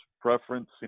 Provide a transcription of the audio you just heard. preference